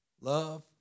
Love